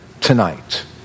tonight